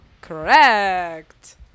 Correct